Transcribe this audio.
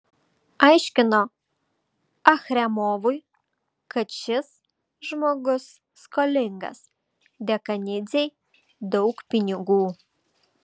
aiškino achremovui kad šis žmogus skolingas dekanidzei daug pinigų